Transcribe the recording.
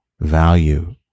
value